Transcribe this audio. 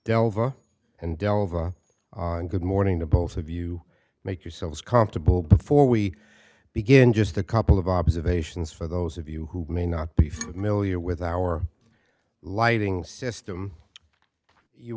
delver and delver good morning to both of you make yourselves comfortable before we begin just a couple of observations for those of you who may not be familiar with our lighting system you